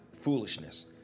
foolishness